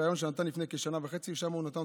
בריאיון שנתן לפני כשנה וחצי ל-ynet,